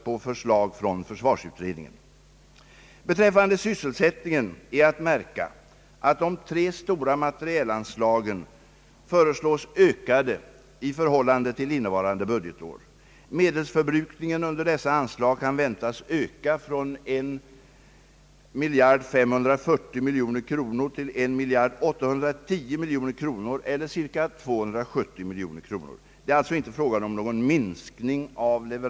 Jag har haft diskussioner med myndigheterna och frågat dem, om de inte kunde tänka sig att, med hänsyn till att försvarsutredningen inte var färdig och att det inte fanns någon framtidsbindning, arbeta utan dessa av Kungl. Maj:t och riksdagen fastställda bestämda hållpunkter. De har bestämt sagt att det inte går — de måste ha fasta hållpunkter i planeringsarbetet.